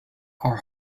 are